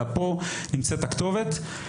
אלא פה נמצאת הכתובת.